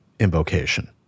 Invocation